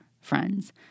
friends